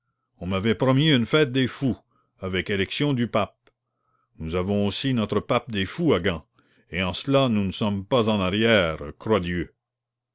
on m'avait promis une fête des fous avec élection du pape nous avons aussi notre pape des fous à gand et en cela nous ne sommes pas en arrière